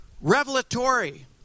revelatory